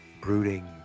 brooding